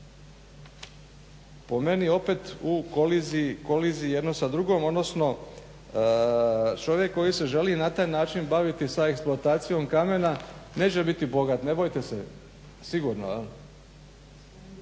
Po meni opet u koliziji jedno sa drugim, odnosno čovjek koji se želi na taj način baviti sa eksploatacijom kamena neće biti bogat, ne bojte se, sigurno. Zatim